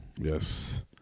Yes